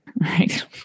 right